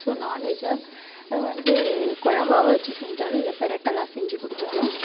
so நான் வெஜாக அது வந்து கொழம்பாகவும் வச்சு செஞ்சாலும் பெரட்டலாக செஞ்சு கொடுத்தாலும்